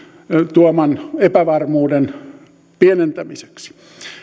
tuoman epävarmuuden pienentämiseksi